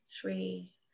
three